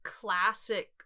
classic